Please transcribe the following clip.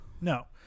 no